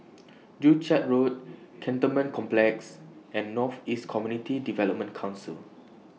Joo Chiat Road Cantonment Complex and North East Community Development Council